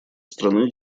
страны